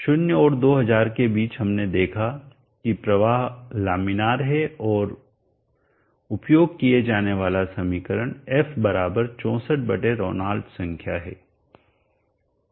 तो 0 और 2000 के बीच हमने देखा है कि प्रवाह लामिनार है और उपयोग किया जाने वाला समीकरण f 64 रेनॉल्ड्स संख्या है